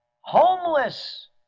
Homeless